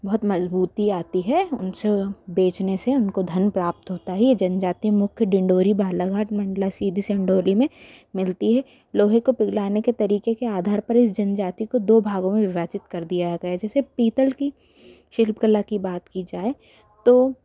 बहुत मज़बूती आती है उन से बेचने से उनको धन प्राप्त होता है ये जनजाति मुख्य डिंडोरी बालाघाट मंडला सीधे सिंडोली में मिलती है लोहे को पिघलाने के तरीक़े के आधार पर इस जनजाति को दो भागों में विभाजित कर दिया गया है जैसे पीतल की शिल्पकला की बात की जाए तो